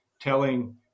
telling